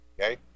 okay